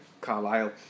Carlisle